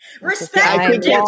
Respect